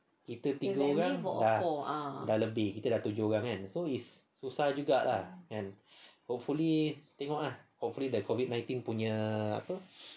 kita tiga orang dah dah lebih kita tujuh orang kan so is susah juga lah kan hopefully tengok ah hopefully the COVID nineteen punya apa